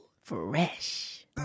fresh